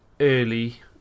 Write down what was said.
early